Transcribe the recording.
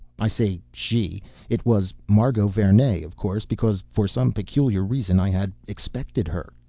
i say she it was margot vernee, of course because for some peculiar reason i had expected her.